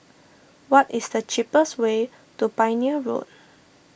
what is the cheapest way to Pioneer Road